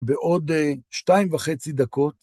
בעוד שתיים וחצי דקות.